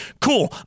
Cool